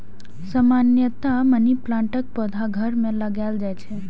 सामान्यतया मनी प्लांटक पौधा घर मे लगाएल जाइ छै